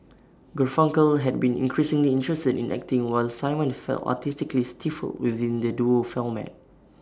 Garfunkel had been increasingly interested in acting while simon felt artistically stifled within the duo format